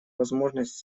возможность